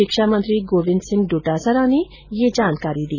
शिक्षा मंत्री गोविन्द सिंह डोटासरा ने ये जानकारी दी